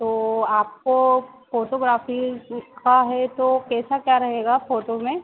तो आपको फ़ोटोग्राफ़ी का है तो कैसा क्या रहेगा फ़ोटो में